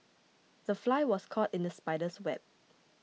the fly was caught in the spider's web